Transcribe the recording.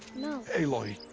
no. aloy.